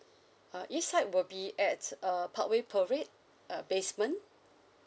uh east side will be at uh parkway parade uh basement